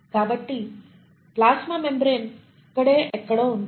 కాబట్టి plasma membrane ఇక్కడే ఎక్కడో ఉంటుంది